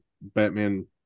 Batman